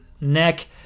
neck